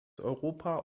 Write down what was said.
europa